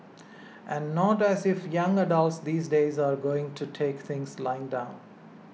and not as if young adults these days are going to take things lying down